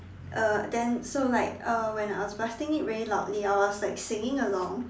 uh then so like uh when I was blasting it really loudly I was like singing along